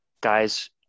guys